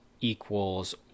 equals